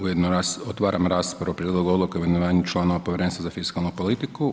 Ujedno otvaram raspravu o Prijedlogu Odluke o imenovanju članova Povjerenstva za fiskalnu politiku.